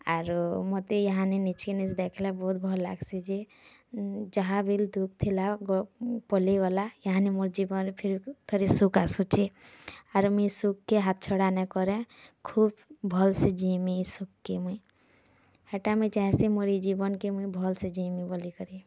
ଆରୁ ମୋତେ ଇହାନେ ନିଜେ ନିଜେ ଦେଖଲେ ବହୁତ୍ ଭଲ୍ ଲାଗ୍ସି ଯେ ଯାହା ବି ଦୁଃଖ୍ ଥିଲା ପଲେଇଗଲା ଇହାନେ ମୋର୍ ଜୀବନରେ ଫିର୍ ଥରେ ସୁଖ୍ ଆସୁଚି ଆରୁ ମୁଇଁ ଇ ସୁଖକେ ହାତ୍ ଛଡ଼ା ନାଇ କରେଁ ଖୁବ୍ ଭଲସେ ଜିଇଁମି ଏ ସୁଖକେ ମୁଇଁ ହେଟା ମୁଇଁ ଚାହେସିଁ ମୋର୍ ଜୀବନକେ ମୁଇଁ ଭଲସେ ଜିଇଁବି ବୋଲିକରି